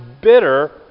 bitter